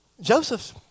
Joseph